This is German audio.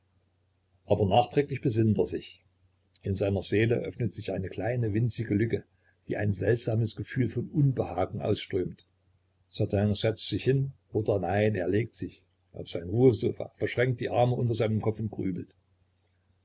aber nachträglich besinnt er sich in seiner seele öffnet sich eine kleine winzige lücke die ein seltsames gefühl von unbehagen ausströmt certain setzt sich hin oder nein er legt sich auf sein ruhesofa verschränkt die arme unter seinem kopfe und grübelt